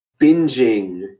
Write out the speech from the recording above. binging